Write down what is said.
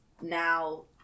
now